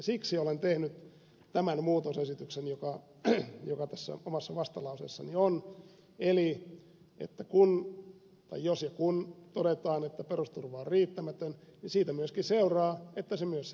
siksi olen tehnyt tämän muutosesityksen joka tässä omassa vastalauseessani on että jos ja kun todetaan että perusturva on riittämätön niin siitä myöskin seuraa että sitä myös sitten parannetaan